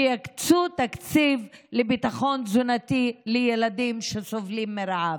שיקצו תקציב לביטחון תזונתי לילדים שסובלים מרעב.